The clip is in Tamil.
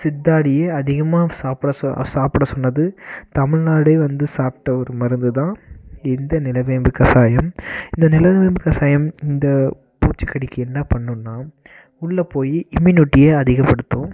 சித்தாடியே அதிகமாக சாப்பிட சொ சாப்பிட சொன்னது தமிழ்நாடு வந்து சாப்பிட்ட ஒரு மருந்து தான் இந்த நிலவேம்பு கசாயம் இந்த நிலவேம்பு கசாயம் இந்த பூச்சிக்கடிக்கு என்ன பண்ணுன்னா உள்ளே போய் இம்யூனிட்டியை அதிகப்படுத்தும்